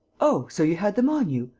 oh, so you had them on you?